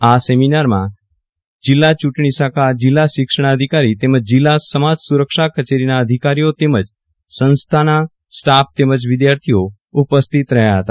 આ સેમીનારમાં જિલ્લા ચૂટણી શાખા જિલ્લા શિક્ષણ અધિકારી તેમજ જિલ્લા સમાજ સુરક્ષા કચેરીના અધિકારીઓ તમજ સંસ્થાના સ્ટાફ તેમજ વિદ્યાર્થિઓ ઉપસ્થિત રહયા હતા